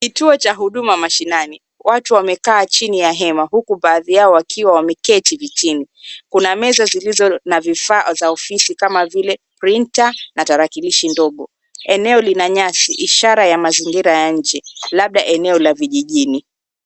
Kituo cha huduma mashinani, watu wamekaa chini ya hema huku baadhi yao wakiwa wameketi vitini, kuna meza zilizo na vifaa za ofisi kama vile printa na tarakilishi ndogo, eneo lina nyasi ishara ya mazingira ya nje labda eneo la vijijini.